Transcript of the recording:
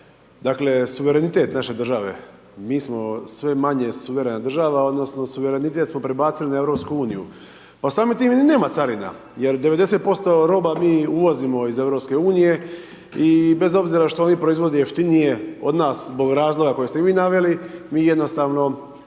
Dakle, suverenitet naše države, mi smo sve manje suverena država, odnosno suverenitet smo prebacili na EU pa samim time i nema carina jer 90% roba mi uvozimo iz EU i bez obzira što oni proizvode jeftinije od nas zbog razloga koji ste vi naveli, mi jednostavno nemamo